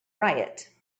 riot